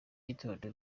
gitondo